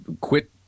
quit